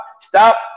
stop